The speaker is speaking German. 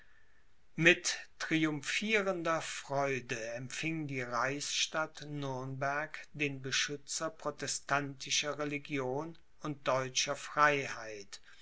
mit triumphierender freude empfing die reichsstadt nürnberg den beschützer protestantischer religion und deutscher freiheit